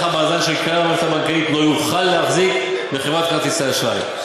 המאזן של כלל המערכת הבנקאית לא יוכל להחזיק בחברת כרטיסי אשראי.